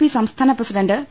P സംസ്ഥാന president P